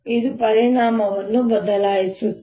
ಇದು ಪರಿಮಾಣವನ್ನು ಬದಲಾಯಿಸುತ್ತದೆ